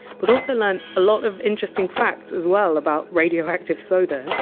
but also learned a lot of interesting facts as well about radioactive soda.